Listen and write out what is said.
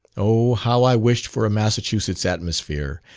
oh! how i wished for a massachusetts atmosphere,